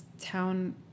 town